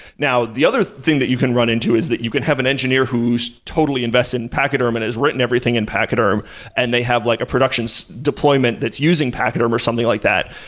now, the other thing that you can run into into is that you can have an engineer who's totally invested in pachyderm and has written everything in pachyderm and they have like a production so deployment that's using pachyderm or something like that,